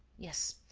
yes.